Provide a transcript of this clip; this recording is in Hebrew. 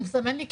הוא מסמן לי כן,